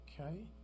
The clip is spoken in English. Okay